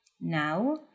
now